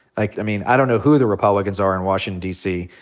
like i mean, i don't know who the republicans are in washington, d. c,